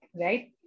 right